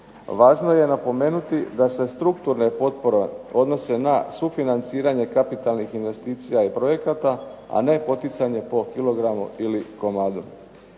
Važno je napomenuti da se strukturne potpore odnose na sufinanciranje kapitalnih investicija i projekata, a ne poticanje po kilogramu ili komadu.